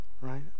right